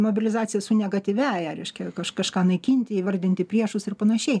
mobilizaciją su negatyviąja reiškia kaž kažką naikinti įvardinti priešus ir panašiai